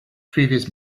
previous